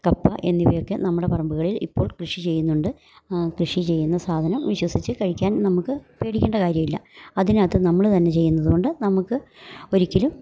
കപ്പ എന്നിവയൊക്കെ നമ്മുടെ പറമ്പുകളിൽ ഇപ്പോൾ കൃഷി ചെയ്യുന്നുണ്ട് ആ കൃഷി ചെയ്യുന്ന സാധനം വിശ്വസിച്ച് കഴിക്കാൻ നമുക്ക് പേടിക്കേണ്ട കാര്യമില്ല അതിനകത്ത് നമ്മള് തന്നെ ചെയ്യുന്നത് കൊണ്ട് നമുക്ക് ഒരിക്കലും